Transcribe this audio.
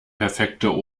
perfekter